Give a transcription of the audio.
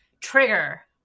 trigger